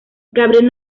gabriel